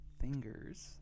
Fingers